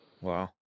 Wow